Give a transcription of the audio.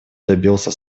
добился